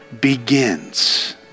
begins